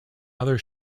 other